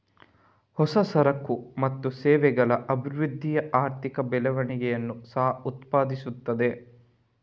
ಹೊಸ ಸರಕು ಮತ್ತು ಸೇವೆಗಳ ಅಭಿವೃದ್ಧಿಯು ಆರ್ಥಿಕ ಬೆಳವಣಿಗೆಯನ್ನು ಸಹ ಉತ್ಪಾದಿಸುತ್ತದೆ